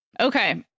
Okay